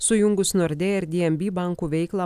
sujungus nordea ir dnb bankų veiklą